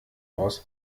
aus